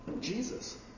Jesus